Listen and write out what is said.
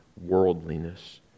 worldliness